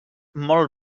molt